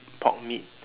pork meat